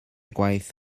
gwaith